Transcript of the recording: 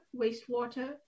wastewater